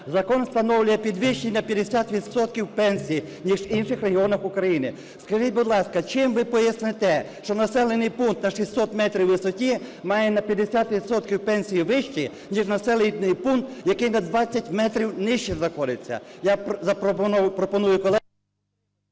Закон встановлює підвищення 50 відсотків пенсії, ніж в інших регіонах України. Скажіть, будь ласка, чим ви поясните, що населений пункт на 600 метрів в висоті має на 50 відсотків пенсії вищі, ніж населений пункт, який на 20 метрів нижче знаходиться? Я пропоную колегам…